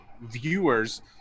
viewers